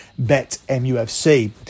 BetMUFC